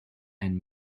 and